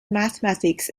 mathematics